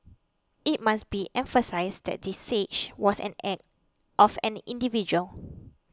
it must be emphasised that the siege was an act of an individual